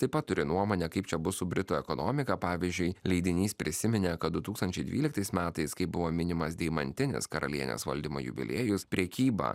taip pat turi nuomonę kaip čia bus su britų ekonomika pavyzdžiui leidinys prisiminė kad du tūkstančiai dvyliktais metais kai buvo minimas deimantinis karalienės valdymo jubiliejus prekyba